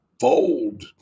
fold